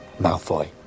Malfoy